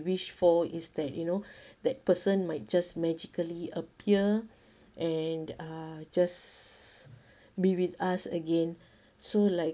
wish for is that you know that person might just magically appear and uh just be with us again so like